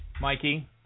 Mikey